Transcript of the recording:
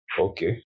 Okay